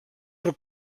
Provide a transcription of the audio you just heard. per